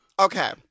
okay